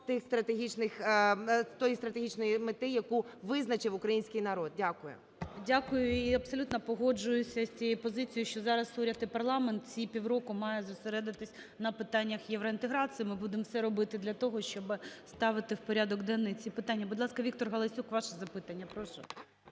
до тієї стратегічної мети, яку визначив український народ. ГОЛОВУЮЧИЙ. Дякую. І абсолютно погоджуюся з тією позицією, що зараз уряд і парламент ці півроку мають зосередитись на питаннях євроінтеграції. Ми будемо все робити для того, щоби ставити в порядок денний ці питання. Будь ласка, Віктор Галасюк, ваше запитання, прошу.